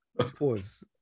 Pause